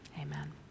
Amen